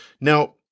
Now